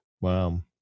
Wow